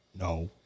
No